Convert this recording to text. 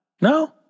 no